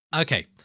Okay